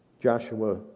Joshua